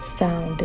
found